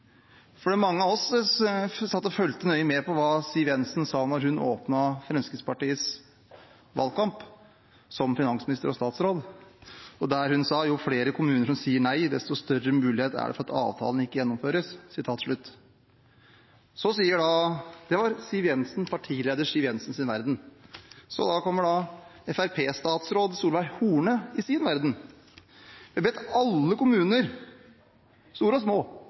mange av oss satt og fulgte nøye med på hva Siv Jensen sa da hun åpnet Fremskrittspartiets valgkamp, som finansminister og statsråd: «Jo flere kommuner som sier nei, jo større mulighet er det for at avtalen ikke gjennomføres». Det var Siv Jensen – partileder Siv Jensen – sin verden. Så kommer fremskrittspartistatsråd Solveig Horne i sin verden: Vi har bedt alle kommuner, store og små,